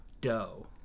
dough